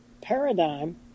paradigm